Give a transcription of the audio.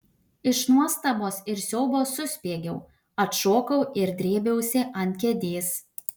iš nuostabos ir siaubo suspiegiau atšokau ir drėbiausi ant kėdės